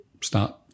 start